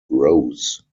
rose